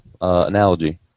analogy